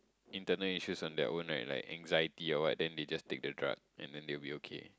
internal issues on their own like like anxiety or what then they just take the drug and then they'll be okay